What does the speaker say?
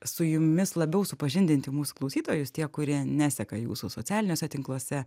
su jumis labiau supažindinti mūsų klausytojus tie kurie neseka jūsų socialiniuose tinkluose